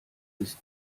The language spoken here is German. ist